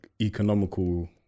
economical